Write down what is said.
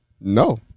No